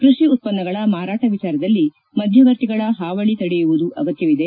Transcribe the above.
ಕೃಷಿ ಉತ್ತನ್ನಗಳ ಮಾರಾಟ ವಿಚಾರದಲ್ಲಿ ಮಧ್ಯವರ್ತಿಗಳ ಹಾವಳಿ ತಡೆಯುವುದು ಅಗತ್ಯವಿದೆ